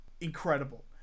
incredible